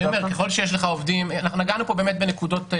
נגענו פה בנקודות.